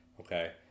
okay